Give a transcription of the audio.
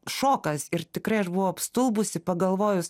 šokas ir tikrai aš buvau apstulbusi pagalvojus